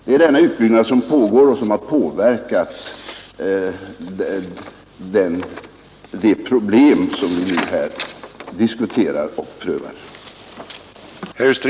Det är denna utbyggnad som pågår som har påverkat de problem som vi nu diskuterar och prövar.